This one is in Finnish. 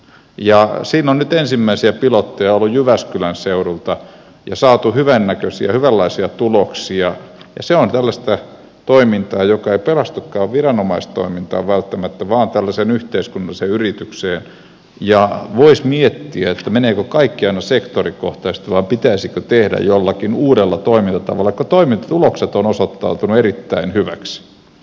siinä on nyt ensimmäisiä pilotteja ollut jyväskylän seudulla ja saatu hyvänlaisia tuloksia ja se on tällaista toimintaa joka ei perustukaan viranomaistoimintaan välttämättä vaan tällaiseen yhteiskunnalliseen yritykseen ja voisi miettiä meneekö kaikki aina sektorikohtaisesti vai pitäisikö tehdä jollakin uudella toimintatavalla kun toimintatulokset ovat osoittautuneet erittäin hyväksi